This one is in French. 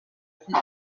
fille